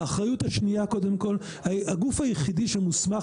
האחריות השנייה הגוף היחידי שמוסמך